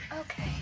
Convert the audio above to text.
Okay